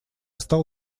стал